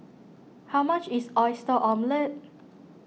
how much is Oyster Omelette